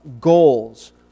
goals